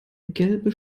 gelbe